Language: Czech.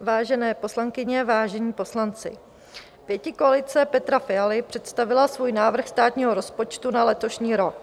Vážené poslankyně, vážení poslanci, pětikoalice Petra Fialy představila svůj návrh státního rozpočtu na letošní rok.